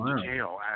detail